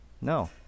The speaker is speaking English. No